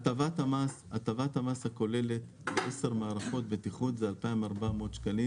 הטבת המס הכוללת עשר מערכות בטיחות זה 2,400 שקלים